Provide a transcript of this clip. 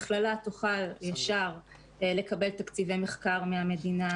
מכללה תוכל לקבל תקציבי מחקר מהמדינה,